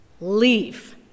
leave